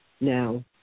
now